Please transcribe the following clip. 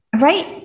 Right